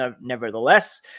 nevertheless